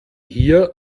hier